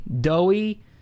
doughy